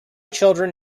children